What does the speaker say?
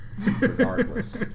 regardless